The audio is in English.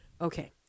Okay